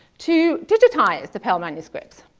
to digitize the pell manuscripts.